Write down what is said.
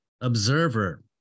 Observer